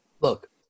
Look